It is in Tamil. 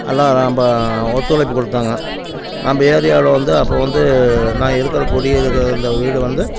எல்லாம் ரொம்ப ஒத்துழைப்பு கொடுத்தாங்க நம்ம ஏரியாவில் வந்து அப்போ வந்து நான் இருக்கிற குடி இருக்கிற இந்த வீடு வந்து